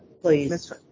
Please